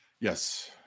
Yes